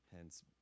hence